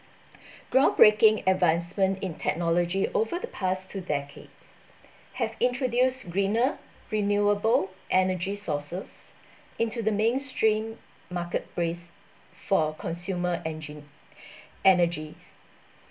groundbreaking advancement in technology over the past two decades have introduced greener renewable energy sources into the mainstream marketplace for consumer engine energies